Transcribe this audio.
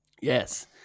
Yes